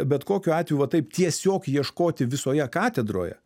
bet kokiu atveju va taip tiesiog ieškoti visoje katedroje